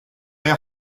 hija